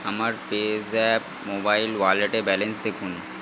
আমার PayZapp mobile ওয়ালেটে balance দেখুন